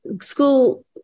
school